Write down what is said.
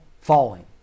falling